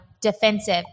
defensive